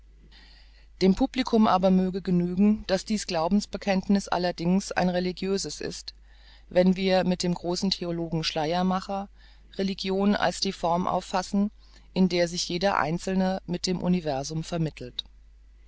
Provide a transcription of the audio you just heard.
dem publikum aber möge genügen daß dies glaubensbekenntniß allerdings ein religiöses ist wenn wir mit dem großen theologen schleiermacher religion als die form auffassen in der sich jeder einzelne mit dem universum vermittelt